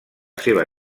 seva